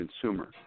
consumer